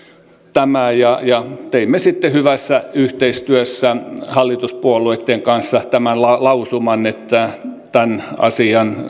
tämä ja ja teimme sitten hyvässä yhteistyössä hallituspuolueitten kanssa lausuman että tämän asian